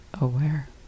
aware